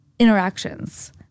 interactions